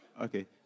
Okay